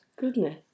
goodness